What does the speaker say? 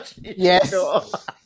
Yes